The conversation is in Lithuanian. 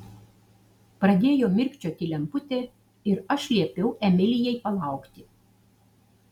pradėjo mirkčioti lemputė ir aš liepiau emilijai palaukti